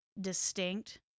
distinct